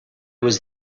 was